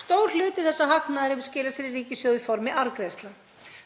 Stór hluti þessa hagnaðar hefur skilað sér í ríkissjóð í formi arðgreiðslna.